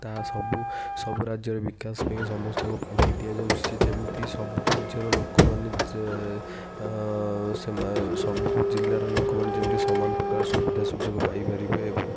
ତାହା ସବୁ ସବୁ ରାଜ୍ୟରେ ବିକାଶ ପାଇଁ ସମସ୍ତଙ୍କୁ ପାଣ୍ଠି ଦିଆ ଯାଉଛି ସେ ଯେମିତି ସବୁ ରାଜ୍ୟର ଲୋକମାନେ ଯେ ସେମାନେ ସବୁ ଜିଲ୍ଲାର ଲୋକମାନେ ଯେମିତି ସମାନ ପ୍ରକାର ସୁବିଧା ସୁଯୋଗ ପାଇ ପାରିବେ ଏବଂ